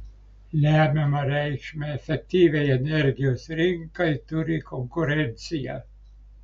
lemiamą reikšmę efektyviai energijos rinkai turi konkurencija